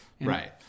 right